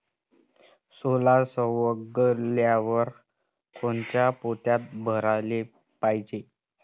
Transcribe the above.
सोला सवंगल्यावर कोनच्या पोत्यात भराले पायजे?